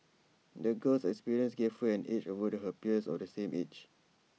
the girl's experiences gave her an edge over her peers of the same age